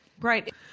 Right